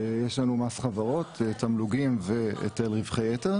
יש לנו מס חברות, תמלוגים והיטל רווחי יתר;